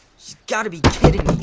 gotta be kidding